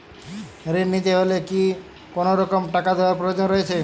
ঋণ নিতে হলে কি কোনরকম টাকা দেওয়ার প্রয়োজন রয়েছে?